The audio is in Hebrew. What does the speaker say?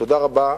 תודה רבה.